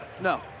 no